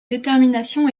détermination